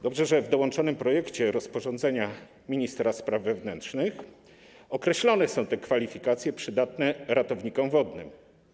Dobrze, że w dołączonym projekcie rozporządzenia ministra spraw wewnętrznych określone są te kwalifikacje przydatne ratownikom wodnym.